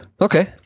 Okay